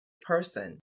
person